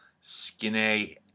Skinny